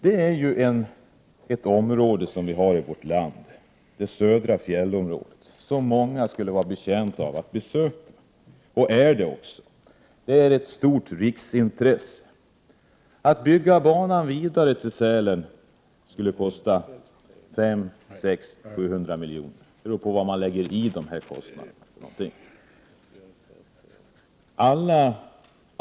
Det södra fjällområdet är ett område i vårt land som många skulle vara betjänta av att besöka. Det är av stort riksintresse. Att bygga ut banan mot Sälen skulle kosta 500-700 milj.kr. Det är beroende av vad man vill få ut av pengarna.